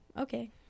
Okay